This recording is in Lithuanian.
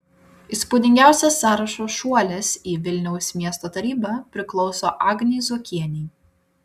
įspūdingiausias sąrašo šuolis į vilniaus miesto tarybą priklauso agnei zuokienei